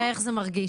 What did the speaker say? מרינה